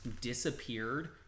disappeared